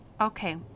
Okay